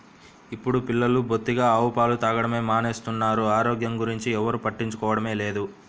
ఇప్పుడు పిల్లలు బొత్తిగా ఆవు పాలు తాగడమే మానేస్తున్నారు, ఆరోగ్యం గురించి ఎవ్వరు పట్టించుకోవడమే లేదు